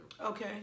Okay